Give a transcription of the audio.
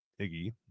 Iggy